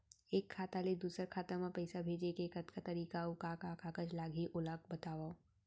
एक खाता ले दूसर खाता मा पइसा भेजे के कतका तरीका अऊ का का कागज लागही ओला बतावव?